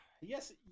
Yes